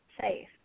safe